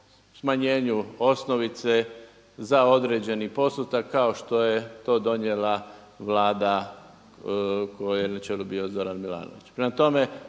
smanjenju osnovice za određeni postotak kao što je to donijela Vlada kojoj je na čelu bio Zoran Milanović.